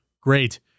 Great